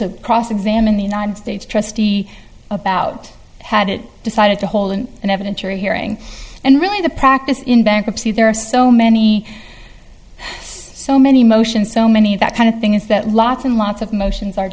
to cross examine the united states trustee about had it decided to haul in and have an interim hearing and really the practice in bankruptcy there are so many so many motions so many that kind of thing is that lots and lots of motions are